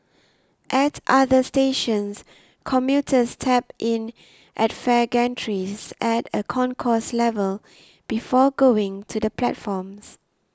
at other stations commuters tap in at fare gantries at a concourse level before going to the platforms